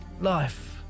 life